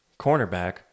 cornerback